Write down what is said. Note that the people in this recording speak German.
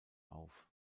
auf